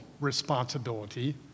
responsibility